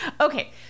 Okay